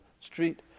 street